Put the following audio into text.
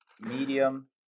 Medium